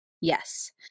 Yes